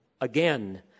again